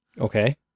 Okay